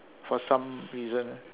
for some reason